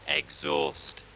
exhaust